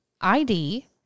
id